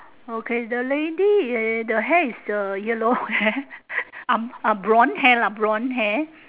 okay the lady the hair is yellow hair um uh blonde hair lah blonde hair